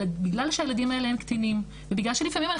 בגלל שהילדים האלה הם קטינים ובגלל שאנחנו